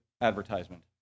advertisement